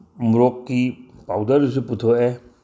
ꯃꯣꯔꯣꯛꯀꯤ powder ꯑꯗꯨꯁꯨ ꯄꯨꯊꯣꯛꯑꯦ